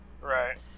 right